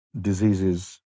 diseases